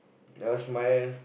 never smile